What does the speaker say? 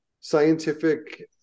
scientific